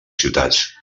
ciutats